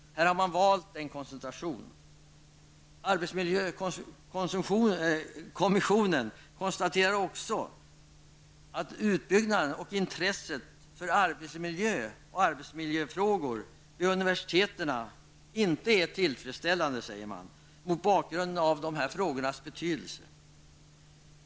Här har man valt en koncentration. Arbetsmiljökommissionen konstaterar också att utbyggnaden av och intresset för arbetsmiljö och arbetslivsfrågor vid universiteten inte är tillfredsställande mot bakgrund av frågornas betydelse.